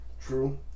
True